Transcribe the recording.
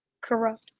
corrupt